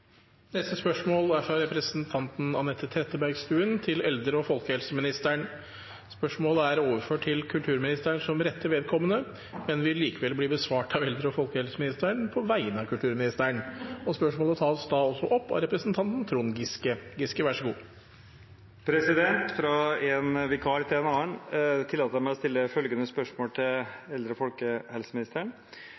fra representanten Anette Trettebergstuen til eldre- og folkehelseministeren, er overført til kulturministeren, som rette vedkommende, men vil likevel bli besvart av eldre- og folkehelseministeren på vegne av kulturministeren, som er bortreist. Spørsmålet blir tatt opp av representanten Trond Giske. Fra én vikar til en annen tillater jeg meg å stille følgende spørsmål til